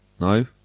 No